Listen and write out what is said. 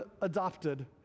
adopted